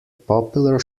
popular